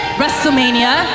wrestlemania